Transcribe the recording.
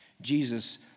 Jesus